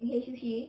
hei sushi